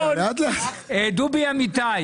דובי אמיתי,